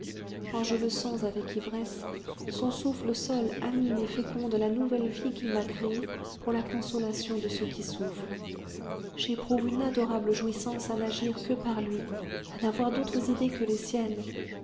oh je le sens avec ivresse son souffle seul anime et féconde la nouvelle vie qu'il m'a créée pour la consolation de ceux qui souffrent j'éprouve une adorable jouissance à n'agir que par lui à n'avoir d'autres idées que les siennes